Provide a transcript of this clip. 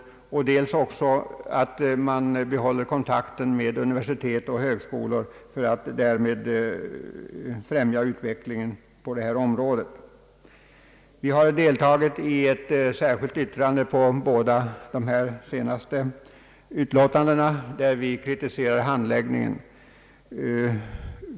Vi har också framhållit att man bör vidmakthålla kontakten med universitet och högskolor för att därmed främja utvecklingen på detta område. Vi har också deltagit i ett särskilt yttrande till de båda senare utlåtandena, där vi kritiserar handläggningen av dessa ärenden.